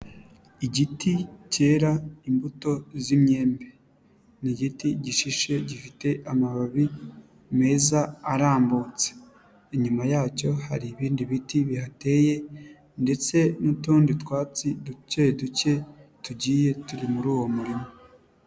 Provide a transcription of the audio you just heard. Igiti cyera imbuto z'imyembe. Ni igiti gishishe, gifite amababi meza arambutse. Inyuma yacyo hari ibindi biti bihateye ndetse n'utundi twatsi duke duke tugiye turi muri uwo murima.